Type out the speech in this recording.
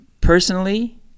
personally